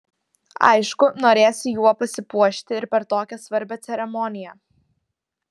aišku norėsi juo pasipuošti ir per tokią svarbią ceremoniją